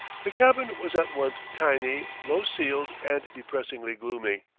the cabin was at once tiny, low-ceiled, and depressingly gloomy.